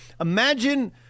imagine